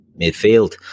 midfield